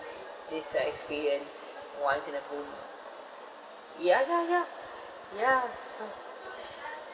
this uh experience once in a blue ya ya ya ya so